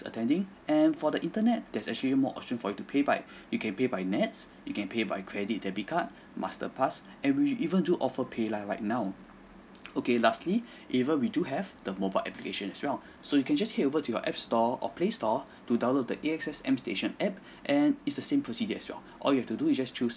attending and for the internet there's actually more option for to pay by you can pay by nets you can pay by credit debit card masterpass and we even do offer paylah right now okay lastly even we do have the mobile application as well so you can just head over to your app store or playstore to download the A_X_S M station app and it's the same procedures as well all you have to do you just choose